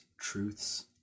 truths